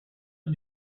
and